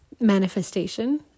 manifestation